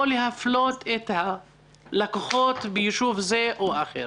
להפלות את הלקוחות ביישוב זה או אחר.